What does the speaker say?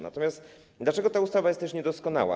Natomiast dlaczego ta ustawa też jest niedoskonała?